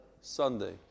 Sunday